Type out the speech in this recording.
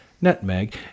nutmeg